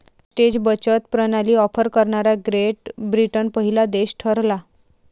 postage बचत प्रणाली offer करणारा ग्रेट ब्रिटन पहिला देश ठरला